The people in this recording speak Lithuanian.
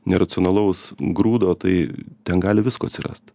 neracionalaus grūdo tai ten gali visko atsirast